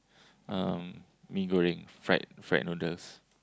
um Mee-Goreng fried fried noodles